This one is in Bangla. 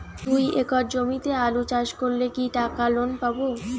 দুই একর জমিতে আলু চাষ করলে কি টাকা লোন পাবো?